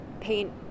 paint